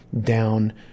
down